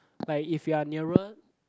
like if you are nearer